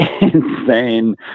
insane